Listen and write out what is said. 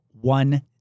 one